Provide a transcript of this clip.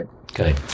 okay